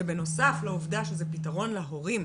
שבנוסף לעובדה שזה פתרון להורים,